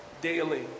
daily